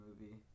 movie